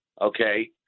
okay